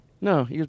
No